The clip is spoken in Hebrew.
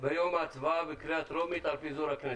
ביום ההצבעה בקריאה טרומית על פיזור הכנסת.